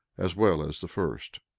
as well as the first.